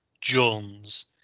Jones